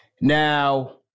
Now